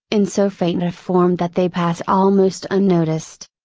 in so faint and a form that they pass almost unnoticed.